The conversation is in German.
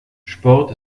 sport